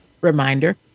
reminder